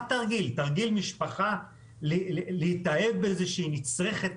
מה תרגיל תרגיל משפחה להתאהב בזה שהיא נצרכת?